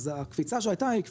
אז הקפיצה שהייתה היא קפיצה,